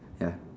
ya